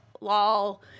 Lol